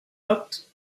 acte